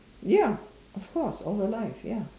ya of course all her life ya